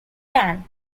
can